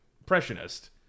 impressionist